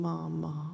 Mama